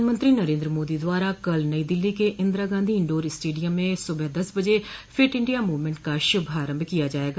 प्रधानमंत्री नरेंद्र मोदी द्वारा कल नई दिल्ली के इंदिरा गांधी इंडोर स्टेडियम में सुबह दस बजे फिट इंडिया मूवमेंट का शुभारंभ किया जाएगा